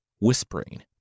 whispering